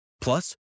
Plus